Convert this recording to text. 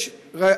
יש,